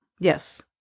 Yes